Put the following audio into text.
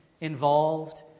involved